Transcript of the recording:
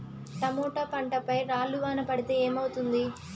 Tomato పంట పై రాళ్లు వాన పడితే ఏమవుతుంది?